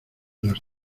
las